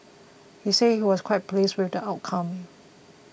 he said he was quite pleased with the outcome